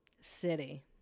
city